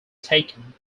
taken